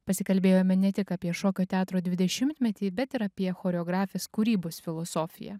pasikalbėjome ne tik apie šokio teatro dvidešimtmetį bet ir apie choreografės kūrybos filosofiją